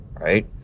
right